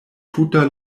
tuta